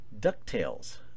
*DuckTales*